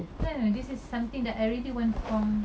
ya this is something that I really want from